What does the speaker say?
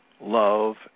love